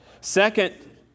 Second